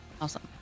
Awesome